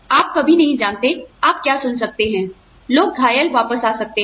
आप कभी नहीं जानते आप क्या सुन सकते हैं लोग घायल वापस आ सकते हैं